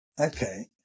Okay